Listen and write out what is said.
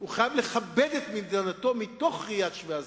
הוא חייב לכבד את מדינתו מתוך ראיית אדם שווה זכויות.